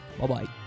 Bye-bye